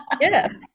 Yes